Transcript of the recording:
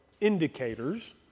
indicators